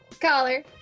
collar